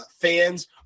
fans